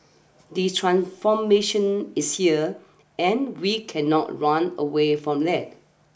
the transformation is here and we cannot run away from it